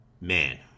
Man